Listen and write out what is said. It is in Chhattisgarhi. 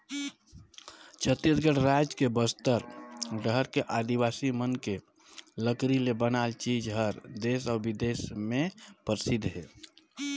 छत्तीसगढ़ रायज के बस्तर डहर के आदिवासी मन के लकरी ले बनाल चीज हर देस अउ बिदेस में परसिद्ध हे